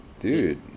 Dude